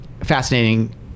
fascinating